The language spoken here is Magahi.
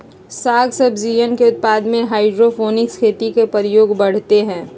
साग सब्जियन के उत्पादन में हाइड्रोपोनिक खेती के प्रयोग बढ़ते हई